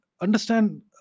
understand